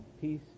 Peace